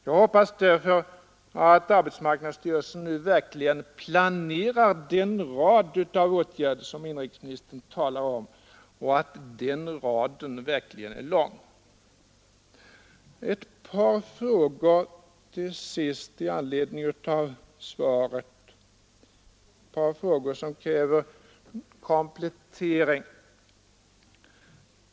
Jag hoppas därför att arbetsmarknadsstyrelsen nu verkligen planerar den rad av åtgärder som inrikesministern talar om och att den raden verkligen är lång. Till sist i anledning av svaret några frågor som kräver kompletterande besked.